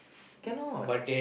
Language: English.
cannot